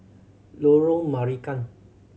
Lorong Marican